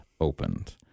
opened